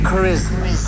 Charisma